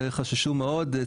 חששו מאוד,